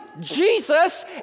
Jesus